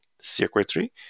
circuitry